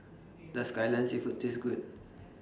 Does Kai Lan Seafood Taste Good